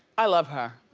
i love her.